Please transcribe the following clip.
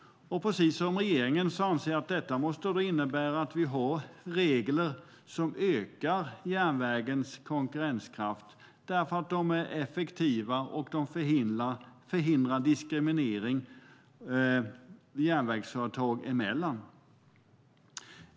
Precis som regeringen anser jag att detta måste innebära att vi har regler som ökar järnvägens konkurrenskraft, som är effektiva och förhindrar diskriminering järnvägsföretag emellan.